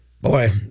Boy